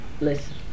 Listen